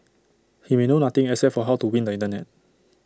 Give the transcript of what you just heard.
he may know nothing except for how to win the Internet